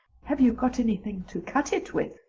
have you got anything to cut it with?